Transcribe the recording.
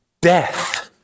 death